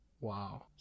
wow